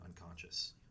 unconscious